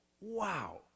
Wow